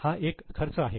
हा एक खर्च आहे